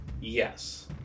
Yes